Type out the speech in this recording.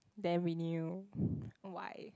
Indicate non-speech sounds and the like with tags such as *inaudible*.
then we knew *breath* why